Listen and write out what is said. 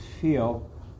feel